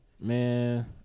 Man